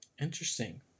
Interesting